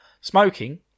smoking